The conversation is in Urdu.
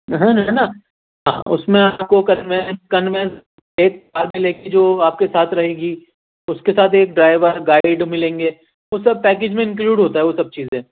ہے نا ہے نا اس میں آپ کو کنوینس کنوینس ایک ساتھ میں لیڈی جو آپ کے ساتھ رہے گی اس کے ساتھ ایک ڈرائیور گائیڈ ملیں گے وہ سب پیکج میں انکلوڈ ہوتا ہے وہ سب چیزیں